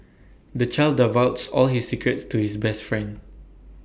the child divulged all his secrets to his best friend